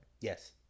Yes